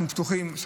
אנחנו פתוחים.